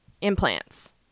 implants